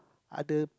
other